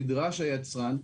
נדרש היצרן,